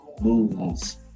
movies